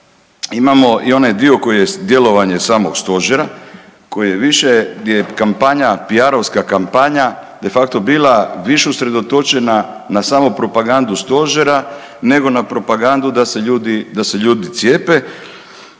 imamo i onaj dio koji je djelovanje samog stožera koji je više gdje je kampanja piarovska kampanja de facto bila više usredotočena na samu propagandu stožera nego na propagandu da se ljudi cijepe.